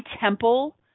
temple